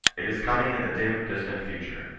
it is coming in the dim distant future.